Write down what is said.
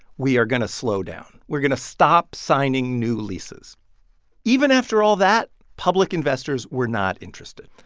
we are going to slow down. we're going to stop signing new leases even after all that, public investors were not interested.